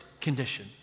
condition